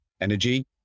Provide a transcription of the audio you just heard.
energy